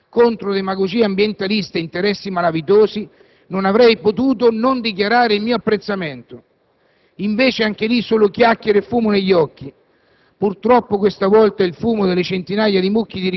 l'ordinaria gestione dei rifiuti in Campania, contro le demagogie ambientaliste e gli interessi malavitosi, non avrei potuto non dichiarare il mio apprezzamento. Invece, anche lì, solo chiacchiere e fumo negli occhi: